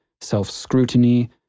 self-scrutiny